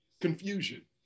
confusion